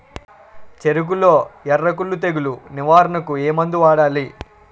చెఱకులో ఎర్రకుళ్ళు తెగులు నివారణకు ఏ మందు వాడాలి?